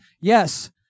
Yes